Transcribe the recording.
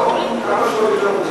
כמה שעות יותר מוקדם.